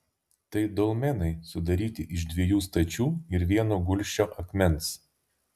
tai dolmenai sudaryti iš dviejų stačių ir vieno gulsčio akmens